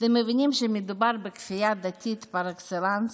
אתם מבינים שמדובר בכפייה דתית פר אקסלנס?